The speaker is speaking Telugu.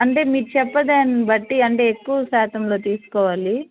అంటే మీరు చెప్పే దాన్ని బట్టి అంటే ఎక్కువ శాతంలో తీసుకోవాలి